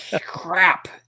crap